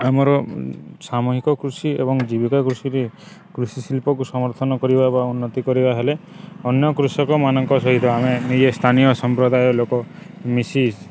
ଆମର ସାମୂହିକ କୃଷି ଏବଂ ଜୀବିକା କୃଷିରେ କୃଷି ଶିଳ୍ପକୁ ସମର୍ଥନ କରିବା ବା ଉନ୍ନତି କରିବା ହେଲେ ଅନ୍ୟ କୃଷକମାନଙ୍କ ସହିତ ଆମେ ନିଜେ ସ୍ଥାନୀୟ ସମ୍ପ୍ରଦାୟ ଲୋକ ମିଶି